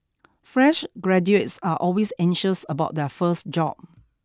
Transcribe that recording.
fresh graduates are always anxious about their first job